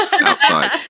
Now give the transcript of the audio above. outside